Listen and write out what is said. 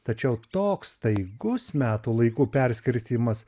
tačiau toks staigus metų laikų perskirstymas